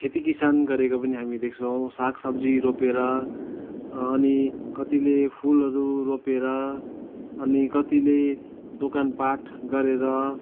खेतीकिसान गरेको पनि हामी देख्छौँ सागसब्जी रोपेर अनि कतिले फुलहरू रोपेर अनि कतिले दोकानपाट गरेर